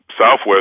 southwest